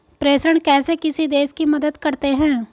प्रेषण कैसे किसी देश की मदद करते हैं?